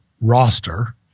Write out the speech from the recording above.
roster